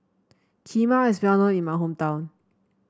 kheema is well known in my hometown